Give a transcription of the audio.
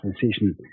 decision